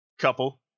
couple